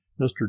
mr